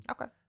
Okay